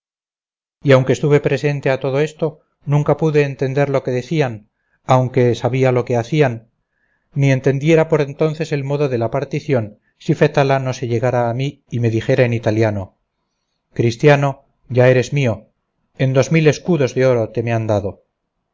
y aunque estuve presente a todo esto nunca pude entender lo que decían aunque sabía lo que hacían ni entendiera por entonces el modo de la partición si fetala no se llegara a mí y me dijera en italiano cristiano ya eres mío en dos mil escudos de oro te me han dado